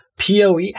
poe